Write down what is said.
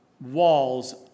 walls